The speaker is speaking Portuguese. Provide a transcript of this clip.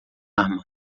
arma